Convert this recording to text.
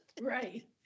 Right